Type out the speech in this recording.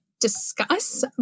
discuss